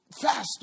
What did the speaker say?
Faster